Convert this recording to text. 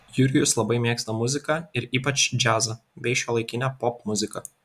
jurijus labai mėgsta muziką ir ypač džiazą bei šiuolaikinę popmuziką